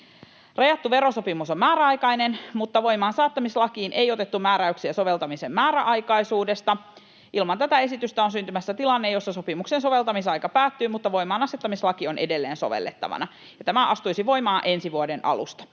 Rajattu verosopimus on määräaikainen, mutta voimaansaattamislakiin ei otettu määräyksiä soveltamisen määräaikaisuudesta. Ilman tätä esitystä on syntymässä tilanne, jossa sopimuksen soveltamisaika päättyy mutta voimaanasettamislaki on edelleen sovellettavana. Tämä astuisi voimaan ensi vuoden alusta.